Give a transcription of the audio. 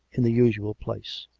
in the usual place.